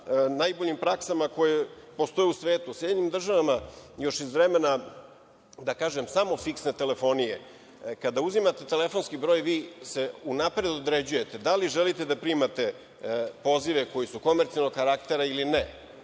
najboljim praksama koje postoje u svetu. U SAD, još iz vremena samo fiksne telefonije, kada uzimate telefonski broj vi se unapred određujete da li želite da primate pozive koji su komercijalnog karaktera ili ne.